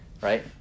right